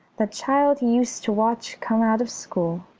that child he used to watch come out of school?